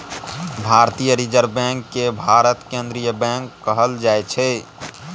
भारतीय reserve bank केँ भारतक केंद्रीय बैंक कहल जाइ छै